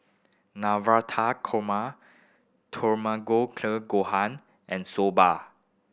Navrata Korma Gohan and Soba